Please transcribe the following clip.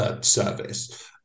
Service